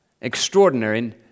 extraordinary